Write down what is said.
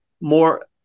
more